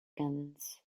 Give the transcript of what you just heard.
guns